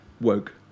woke